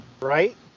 Right